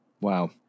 Wow